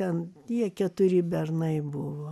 ten tie keturi bernai buvo